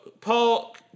Paul